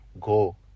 Go